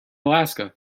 alaska